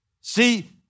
See